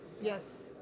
Yes